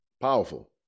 Powerful